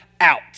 out